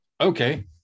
okay